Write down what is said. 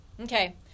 okay